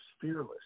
fearless